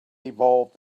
evolved